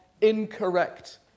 incorrect